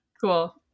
cool